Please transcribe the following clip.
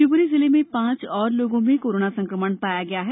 शिवपुरी जिले में पांच और लोगों में कोरोना संकमण पाया गया है